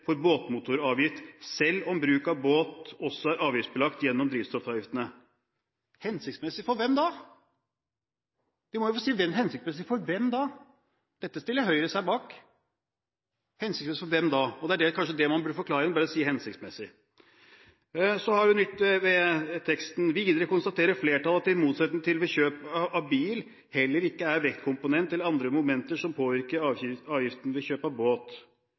for båtmotoravgift, selv om bruk av båt også er avgiftsbelagt gjennom drivstoffavgiftene.» Hensiktsmessig for hvem? Man må jo si hvem det er hensiktsmessig for. Dette stiller Høyre seg bak. Hensiktsmessig for hvem? Det er kanskje det man burde forklare og ikke bare si «hensiktsmessig». Så står det videre i innstillingen: «Videre konstaterer flertallet at det i motsetning til ved kjøp av bil heller ikke er vektkomponent eller andre momenter som påvirker avgiften ved kjøp av båt.»